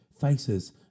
faces